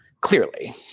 clearly